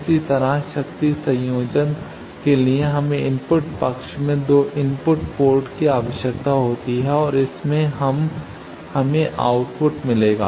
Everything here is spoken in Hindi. इसी तरह शक्ति संयोजन के लिए हमें इनपुट पक्ष में 2 इनपुट 2 पोर्ट की आवश्यकता होती है और इससे हमें आउटपुट मिलेगा